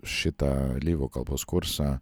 šitą lyvų kalbos kursą